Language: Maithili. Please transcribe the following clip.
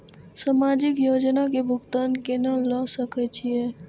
समाजिक योजना के भुगतान केना ल सके छिऐ?